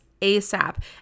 ASAP